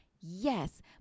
Yes